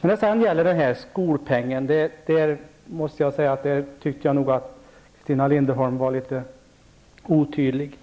När det gäller skolpengen tycker jag nog att Christina Linderholm var litet otydlig.